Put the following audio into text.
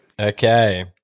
okay